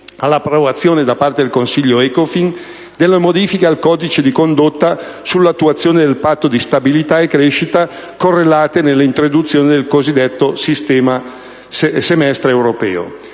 all'approvazione da parte del Consiglio ECOFIN delle modifiche al codice di condotta sull'attuazione del Patto di stabilità e crescita correlate all'introduzione del cosiddetto semestre europeo.